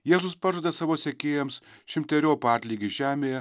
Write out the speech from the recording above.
jėzus pažada savo sekėjams šimteriopą atlygį žemėje